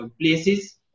places